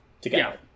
together